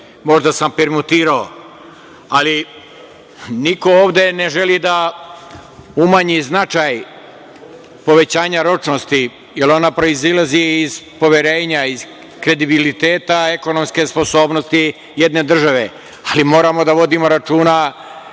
možda sam permutovao, ali niko ovde ne želi da umanji značaj povećanja ročnosti, jer ona proizilazi iz poverenja, iz kredibiliteta ekonomske sposobnosti jedne države. Ali, moramo voditi računa